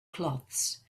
cloths